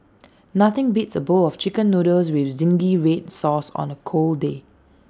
nothing beats A bowl of Chicken Noodles with Zingy Red Sauce on A cold day